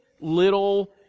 little